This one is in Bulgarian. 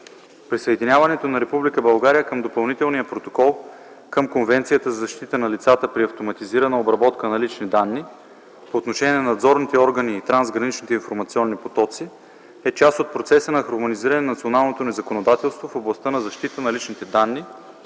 Присъединяването на Република България към Допълнителния протокол към Конвенцията за защита на лицата при автоматизирана обработка на лични данни, по отношение на надзорните органи и трансграничните информационни потоци, е част от процеса на хармонизиране на националното ни законодателство в областта на защита на личните данни